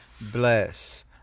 Bless